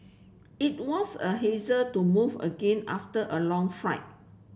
it was a hassle to move again after a long flight